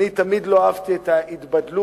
אני תמיד לא אהבתי את ההתבדלות.